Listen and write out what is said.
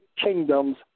kingdoms